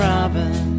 Robin